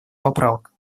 поправок